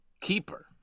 Keeper